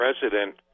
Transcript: president